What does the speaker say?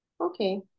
Okay